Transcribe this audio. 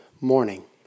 morning